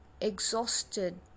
exhausted